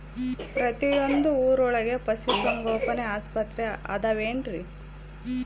ಪ್ರತಿಯೊಂದು ಊರೊಳಗೆ ಪಶುಸಂಗೋಪನೆ ಆಸ್ಪತ್ರೆ ಅದವೇನ್ರಿ?